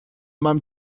mam